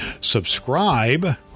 Subscribe